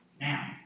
Now